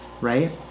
right